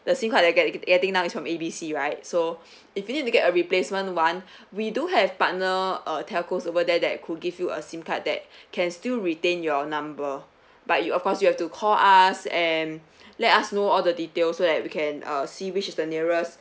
the SIM card that you get you're getting now it's from A B C right so if you need to get a replacement [one] we do have partner uh telco over there that could give you a SIM card that can still retain your number but you of course you have to call us and let us know all the details so that we can uh see which is the nearest